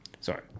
Sorry